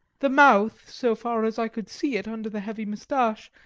the mouth, so far as i could see it under the heavy moustache,